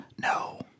no